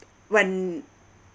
when